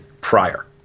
prior